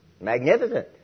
magnificent